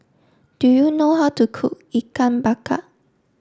do you know how to cook Ikan Bakar